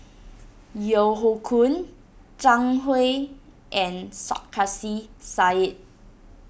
Yeo Hoe Koon Zhang Hui and Sarkasi Said